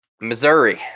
Missouri